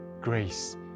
grace